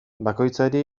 bakoitzari